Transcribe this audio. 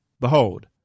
Behold